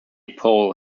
pole